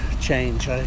change